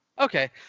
Okay